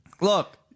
look